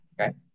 okay